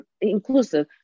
inclusive